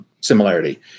Similarity